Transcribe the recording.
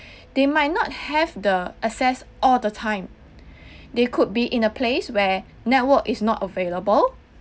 they might not have the access all the time they could be in a place where network is not available